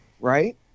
right